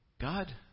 God